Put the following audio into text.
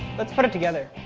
let's put it together.